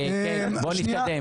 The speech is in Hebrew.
בוא נתקדם.